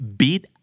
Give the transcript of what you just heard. beat